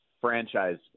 franchise